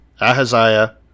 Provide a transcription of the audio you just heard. Ahaziah